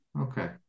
okay